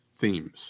themes